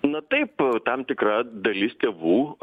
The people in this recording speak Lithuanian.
na taip tam tikra dalis tėvų